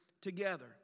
together